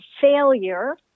failure